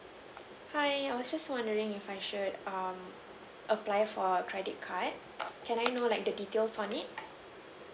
hi I was just wondering if I should um apply for credit card can I know like the details on it